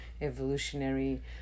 evolutionary